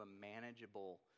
manageable